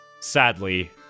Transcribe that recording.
Sadly